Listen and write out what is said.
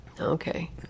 Okay